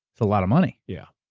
a lot of money. yeah,